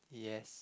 yes